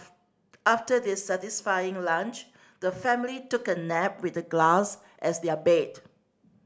after their satisfying lunch the family took a nap with the grass as their bed